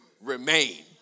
remain